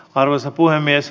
arvoisa puhemies